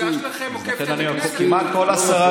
ההצעה שלכם עוקפת את הכנסת,